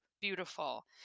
beautiful